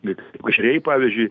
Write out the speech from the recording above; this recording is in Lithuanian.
liks ešeriai pavyzdžiui